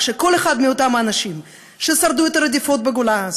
שכל אחד מאותם אנשים ששרדו את הרדיפות בגולה,